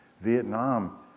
Vietnam